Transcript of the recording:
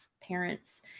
parents